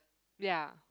ya